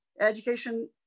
education